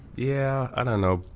yeah, i don't know